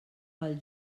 pel